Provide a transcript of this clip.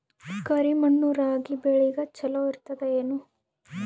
ಕರಿ ಮಣ್ಣು ರಾಗಿ ಬೇಳಿಗ ಚಲೋ ಇರ್ತದ ಏನು?